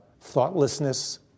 thoughtlessness